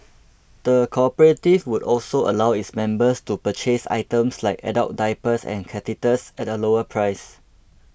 the cooperative would also allow its members to purchase items like adult diapers and catheters at a lower price